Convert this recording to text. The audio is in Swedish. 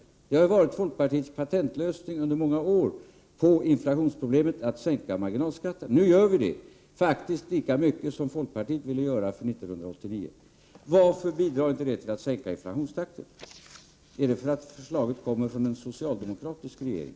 Det har under många år varit folkpartiets patentlösning på inflationsproblemet att sänka marginalskatten. Nu sänker vi den, faktiskt lika mycket som folkpartiet vill göra, för 1989. Varför bidrar inte det till att sänka inflationstakten? Är det för att förslaget kommer från en socialdemokratisk regering?